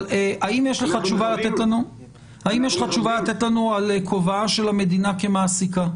האם יש לך תשובה לתת לנו על כובעה של המדינה כמעסיקה?